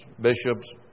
bishops